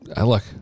look